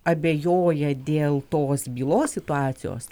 abejoja dėl tos bylos situacijos